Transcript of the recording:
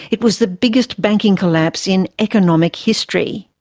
it was the biggest banking collapse in economic history.